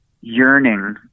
yearning